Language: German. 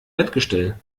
bettgestell